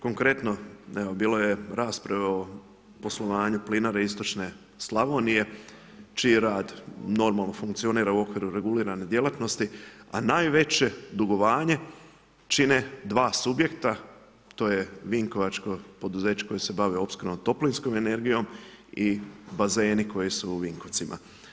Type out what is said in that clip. Konkretno evo, bilo je rasprave o poslovanju plinare istočne Slavonije čiji rad normalno funkcionira u okviru regulirane djelatnosti, a najveće dugovanje čine dva subjekta, to je vinkovačko poduzeće koje se bavi opskrbom toplinskom energijom i bazeni koji su u Vinkovcima.